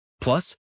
Plus